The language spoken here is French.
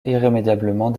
irrémédiablement